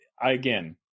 Again